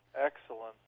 Excellent